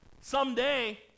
Someday